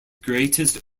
greatest